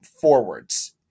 forwards